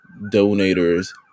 donators